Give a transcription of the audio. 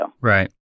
Right